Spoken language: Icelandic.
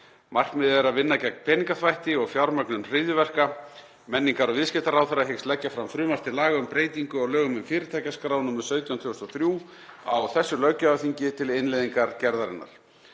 Markmiðið er að vinna gegn peningaþvætti og fjármögnun hryðjuverka. Menningar- og viðskiptaráðherra hyggst leggja fram frumvarp til laga um breytingu á lögum um fyrirtækjaskrá, nr. 17/2003, á þessu löggjafarþingi, til innleiðingar gerðarinnar.